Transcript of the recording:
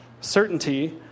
Certainty